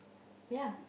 yeah